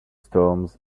storms